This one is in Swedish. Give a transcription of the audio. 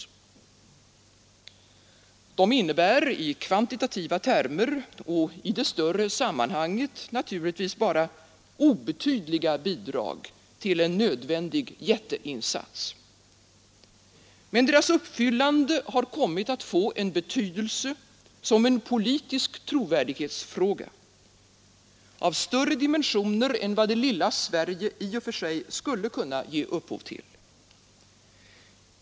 De förpliktelserna innebär, i kvantitativa termer och i det större sammanhanget, naturligtvis bara obetydliga bidrag till en nödvändig jätteinsats. Men deras uppfyllande har kommit att få betydelse som en politisk trovärdighetsfråga, av större dimensioner än vad det lilla Sverige i och för sig skulle kunna ge upphov till.